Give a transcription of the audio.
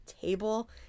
table